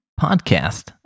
Podcast